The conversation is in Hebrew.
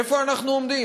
איפה אנחנו עומדים?